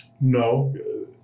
No